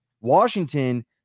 washington